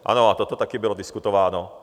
Ano, a toto taky bylo diskutováno.